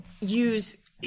use